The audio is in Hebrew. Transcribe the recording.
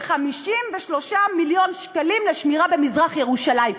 ו-53 מיליון שקלים לשמירה במזרח-ירושלים.